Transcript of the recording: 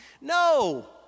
No